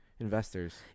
investors